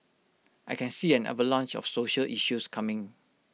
I can see an avalanche of social issues coming